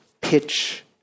Pitch